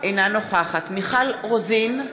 אינה נוכחת מיכל רוזין,